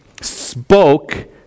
spoke